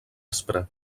aspre